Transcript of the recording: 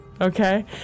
Okay